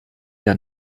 der